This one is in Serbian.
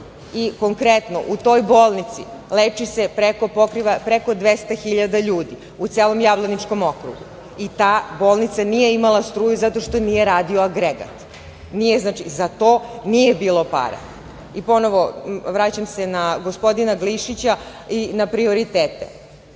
blještali. Konkretno, u toj bolnici leči se preko 200.000 hiljada ljudi u celom Jablaničkom okrugu i ta bolnica nije imala struju zato što nije radio agregat. Za to nije bilo para. Vraćam se na gospodina Glišića i na prioritete.